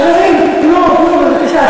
חברים, תנו, תנו, בבקשה.